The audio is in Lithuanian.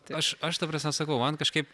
aš aš ta prasme sakau man kažkaip